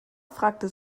fragte